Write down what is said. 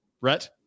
Rhett